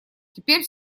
теперь